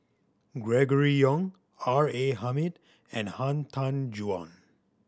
Gregory Yong R A Hamid and Han Tan Juan